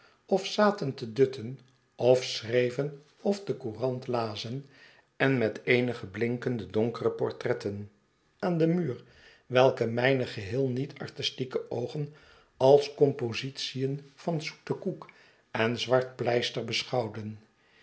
of zaten te dutten of schreven of de courant lazen en met eenige blinkende donkere portretten aan den muur weike mijne geheei met artistieke oogen als composition van zoeten koek en zwart pleister beschouwden